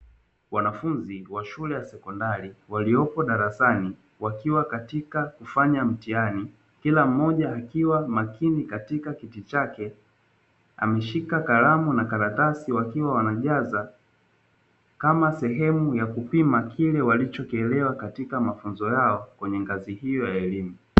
Wanafunzi wa shule ya sekondari waliopo darasani, wakiwa katika kufanya mtihani kila mmoja akiwa makini katika kiti chake ameshika kalamu na karatasi wakati anajaza kama sehemu ya kupima kile walichokielewa, katika mafunzo yao kwenye ngazi hiyo ya elimu.